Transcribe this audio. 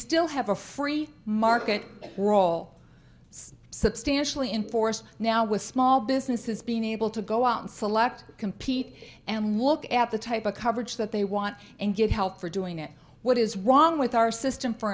still have a free market role substantially in force now with small businesses being able to go out and select compete and look at the type of coverage that they want and good health for doing it what is wrong with our system for